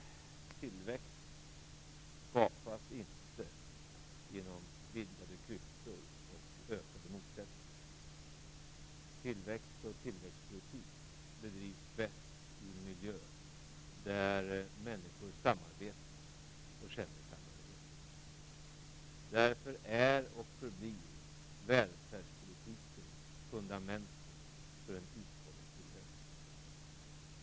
Herr talman! Tillväxt skapas inte genom vidgade klyftor och ökade motsättningar. Tillväxt och tillväxtpolitik bedrivs bäst i en miljö där människor samarbetar och känner samhörighet. Därför är och förblir välfärdspolitiken fundamentet för en uthållig tillväxt.